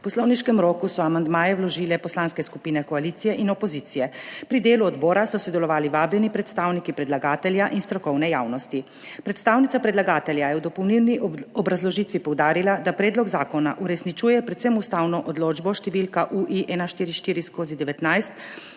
V poslovniškem roku so amandmaje vložile poslanske skupine koalicije in opozicije. Pri delu odbora so sodelovali vabljeni predstavniki predlagatelja in strokovne javnosti. Predstavnica predlagatelja je v dopolnilni obrazložitvi poudarila, da predlog zakona uresničuje predvsem ustavno odločbo številka U-I-144/19,